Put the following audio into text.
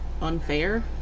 unfair